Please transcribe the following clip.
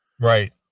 Right